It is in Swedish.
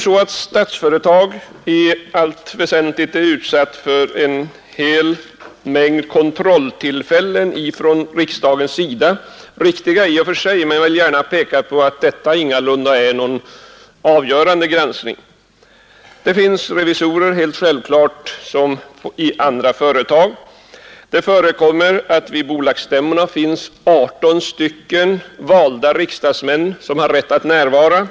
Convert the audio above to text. Statsföretag är i allt väsentligt utsatt för en hel mängd kontroller från riksdagen, vilket är riktigt i och för sig. Och jag vill peka på att det ingalunda är fråga om någon avgörande granskning bara hos näringsutskottet. Liksom i andra företag finns det helt självklart revisorer. Vid bolagsstämmorna har 18 valda riksdagsmän rätt att närvara.